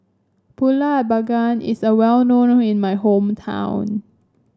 pulut panggang is a well known in my hometown